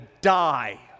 die